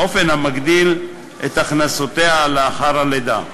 באופן שמגדיל את הכנסותיה לאחר הלידה.